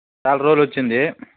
చాలా రోజులొచ్చింది